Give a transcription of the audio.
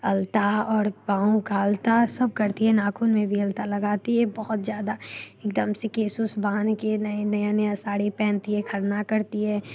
आल्ता और पाँव का आल्ता सब करती हैं नाखून में भी आल्ता लगाती है बहुत ज़्यादा एकदम से केश ओश बांधके नए नया नया साड़ी पहनती है खरना करती है